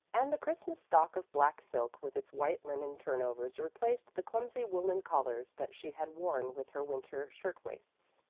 and the christmas stock of black silk with its white linen turnovers replaced the clumsy woolen collars that she had worn with her winter shirt-waists.